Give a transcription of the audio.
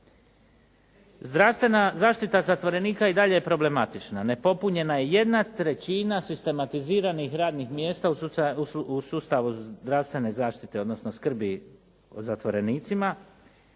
Zdravstvena zaštita zatvorenika i dalje je problematična. Nepopunjena je 1/3 sistematiziranih radnih mjesta u sustavu zdravstvene zaštite, odnosno skrbi o zatvorenicima